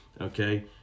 Okay